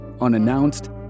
unannounced